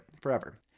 forever